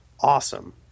awesome